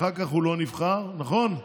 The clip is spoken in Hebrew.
אחר כך הוא לא נבחר, נכון?